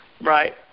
Right